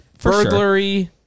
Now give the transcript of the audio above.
Burglary